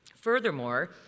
Furthermore